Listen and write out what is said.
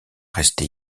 rester